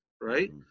Right